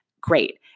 great